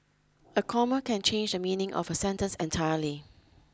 a comma can change the meaning of a sentence entirely